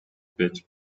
bit